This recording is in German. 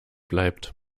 bleibt